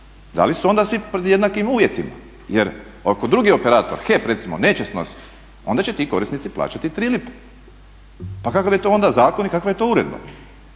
da li su onda svi pred jednakim uvjetima jer ako drugi operator, HEP recimo neće snositi onda će ti korisnici plaćati tri lipe. Pa kakav je to onda zakon i kakva je to uredba?